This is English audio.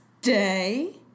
Day